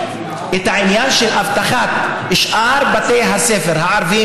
העניין של אבטחת שאר בתי הספר הערביים,